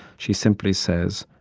she simply says,